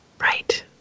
Right